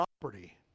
property